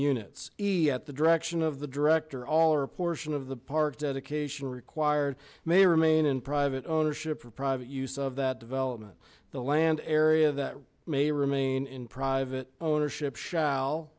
units at the direction of the director all or portion of the park dedication required may remain in private ownership or private use of that development the land area that may remain in private ownership shall